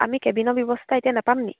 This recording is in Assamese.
আমি কেবিনৰ ব্যৱস্থা এতিয়া নাপাম নেকি